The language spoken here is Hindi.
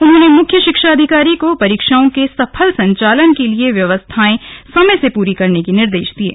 उन्होंने मुख्य शिक्षआअधिकारी को परीक्षाओं के सफल स चालन के लिए सभई व्यवस्थाएं समय से पूरे करने के निर्देश दिये